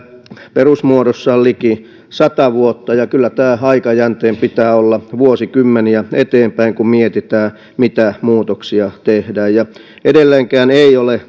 perusmuodossaan liki sata vuotta ja kyllä tämän aikajänteen pitää olla vuosikymmeniä eteenpäin kun mietitään mitä muutoksia tehdään edelleenkään ei ole